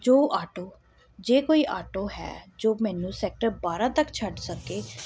ਜੋ ਆਟੋ ਜੇ ਕੋਈ ਆਟੋ ਹੈ ਜੋ ਮੈਨੂੰ ਸੈਕਟਰ ਬਾਰਾਂ ਤੱਕ ਛੱਡ ਸਕੇ